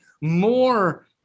more